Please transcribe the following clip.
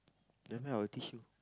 never mind I will teach you